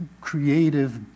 creative